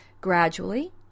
Gradually